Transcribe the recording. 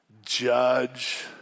judge